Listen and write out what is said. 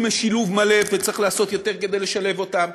משילוב מלא וצריך לעשות יותר כדי לשלב אותם.